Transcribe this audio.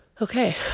Okay